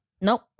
nope